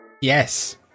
Yes